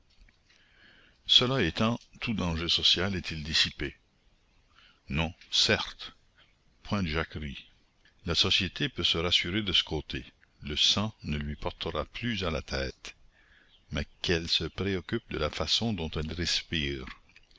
cela étant tout danger social est-il dissipé non certes point de jacquerie la société peut se rassurer de ce côté le sang ne lui portera plus à la tête mais qu'elle se préoccupe de la façon dont elle respire